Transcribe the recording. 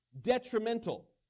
detrimental